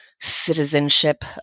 citizenship